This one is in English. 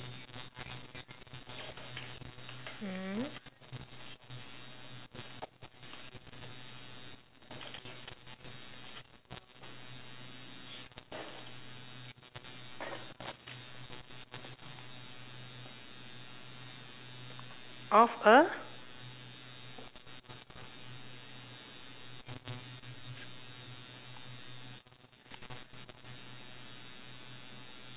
of a